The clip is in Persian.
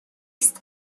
است